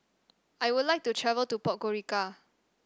I would like to travel to Podgorica